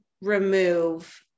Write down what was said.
remove